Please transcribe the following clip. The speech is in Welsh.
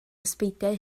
ysbeidiau